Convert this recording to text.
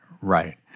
right